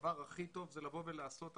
הדבר הכי טוב לעשות,